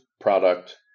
product